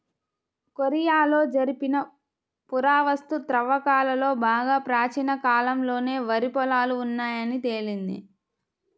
కొరియాలో జరిపిన పురావస్తు త్రవ్వకాలలో బాగా ప్రాచీన కాలంలోనే వరి పొలాలు ఉన్నాయని తేలింది